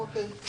אוקיי.